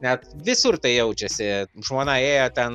net visur tai jaučiasi žmona ėjo ten